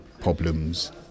problems